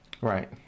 Right